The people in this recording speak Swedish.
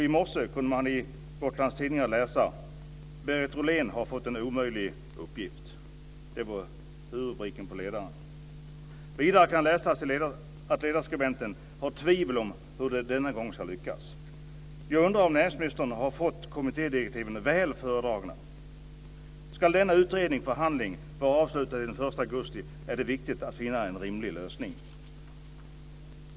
I morse kunde man i Gotlands Tidningar läsa: Berit Rollén har fått en omöjlig uppgift. Det var huvudrubriken på ledarsidan. Vidare kan man läsa att ledarskribenten har tvivel om hur det denna gång ska lyckas. Jag undrar om näringsministern har fått kommittédirektiven väl föredragna. Ska denna utredning och förhandling vara avslutad innan den 1 augusti är det viktigt att finna en rimlig lösning.